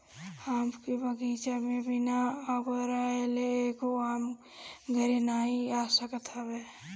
आम के बगीचा में बिना अगोरले एगो आम घरे नाइ आ सकत हवे